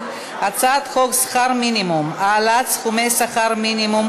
הצעת חוק שכר מינימום (העלאת סכומי שכר מינימום,